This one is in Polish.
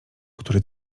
który